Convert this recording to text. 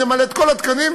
נמלא את כל התקנים.